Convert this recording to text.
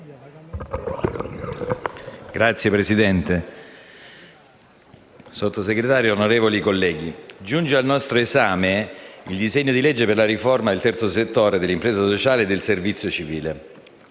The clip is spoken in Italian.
Presidente, signor Sottosegretario, onorevoli colleghi, giunge al nostro esame il disegno di legge per la riforma del terzo settore, dell'impresa sociale e per la disciplina